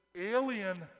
alien